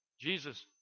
Jesus